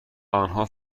آنها